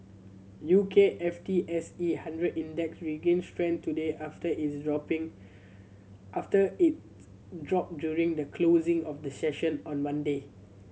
U K F T S E hundred Index regained strength today after its dropping after its drop during the closing of the session on Monday